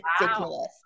ridiculous